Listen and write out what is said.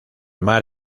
mar